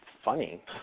Funny